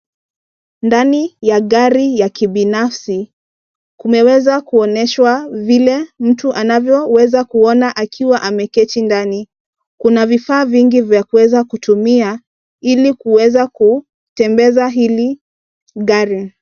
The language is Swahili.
Ndani ya gari ya kibinafsi kumeweza kuonyeshwa vile mtu anavyoweza kuona akiwa ameketi ndani. Kuna vifaa vingi vya kuweza kutumia ili kuweza kutembeza hili gari.